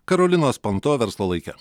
karolinos panto verslo laike